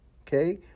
okay